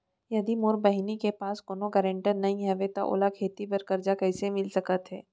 यदि मोर बहिनी के पास कोनो गरेंटेटर नई हे त ओला खेती बर कर्जा कईसे मिल सकत हे?